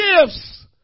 gifts